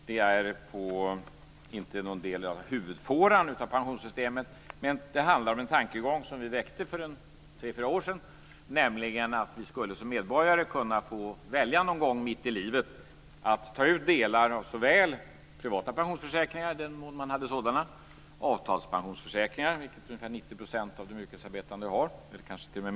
Det gäller inte huvudfåran i pensionssystemet, men det handlar om en tankegång som vi väckte för tre fyra år sedan, nämligen att vi som medborgare skulle kunna få välja att någon gång mitt i livet ta ut delar av såväl privata pensionsförsäkringar, i den mån man har sådana, som avtalspensionsförsäkringar, vilket 90 % eller kanske t.o.m. mer av de yrkesarbetande har.